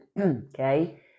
okay